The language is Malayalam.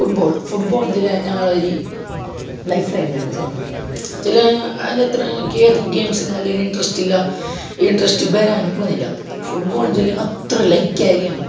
ഫുട്ബോൾ ഫുട്ബാൾ എന്നുവെച്ചാൽ ഞങ്ങള് ഒരു ലൈഫ് ലൈൻ ഞങ്ങൾ ചൊന്നാൽ ഗെയിംസ് നല്ല ഒരു ഇൻട്രസ്റ്റ് ഇല്ല ഇൻട്രസ്റ്റ് വരാനും പോകുന്നില്ല ഫുട്ബാൾ എന്നുവെച്ചുകഴിഞ്ഞാൽ ഞങ്ങൾ അത്ര ലൈക്കാകിയെന്ന്